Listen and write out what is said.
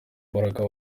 mbaraga